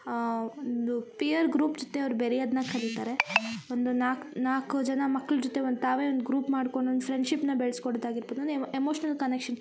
ಒಂದು peer group ಜೊತೆ ಅವ್ರ ಬೆರೆಯದನ್ನ ಕಲಿತಾರೆ ಒಂದು ನಾಲ್ಕು ನಾಲಕು ಜನ ಮಕ್ಳ ಜೊತೆ ಒಂದು ತಾವೇ ಒಂದು ಗ್ರೂಪ್ ಮಾಡ್ಕೊಂಡು ಒಂದು ಫ್ರೆಂಡ್ಶಿಪ್ನ ಬೆಳ್ಸ್ಕೊಡೋದು ಆಗಿರ್ಬೋದು ಒಂದ್ ಎಮೋ ಎಮೋಷ್ನಲ್ ಕನೆಕ್ಷನ್